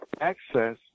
access